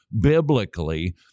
biblically